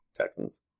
Texans